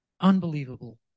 Unbelievable